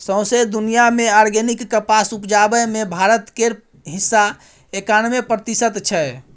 सौंसे दुनियाँ मे आर्गेनिक कपास उपजाबै मे भारत केर हिस्सा एकानबे प्रतिशत छै